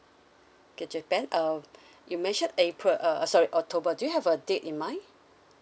okay japan um you mentioned april uh uh sorry october do you have a date in mind